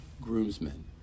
groomsmen